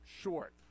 short